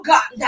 God